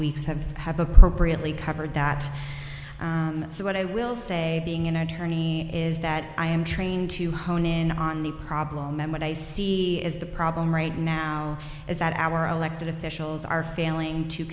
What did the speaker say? weeks have have appropriately covered that so what i will say being an attorney is that i am trained to hone in on the problem and what i see is the problem right now is that our elected officials are failing to